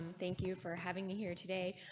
thank you for having me here today.